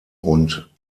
und